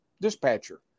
dispatcher